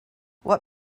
what